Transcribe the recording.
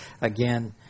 again